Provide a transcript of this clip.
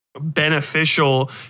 beneficial